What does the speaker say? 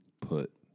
put